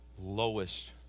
Lowest